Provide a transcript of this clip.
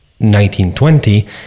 1920